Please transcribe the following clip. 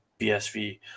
BSV